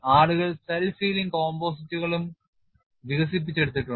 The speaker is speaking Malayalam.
ആളുകൾ self healing composite കളും വികസിപ്പിച്ചെടുത്തിട്ടുണ്ട്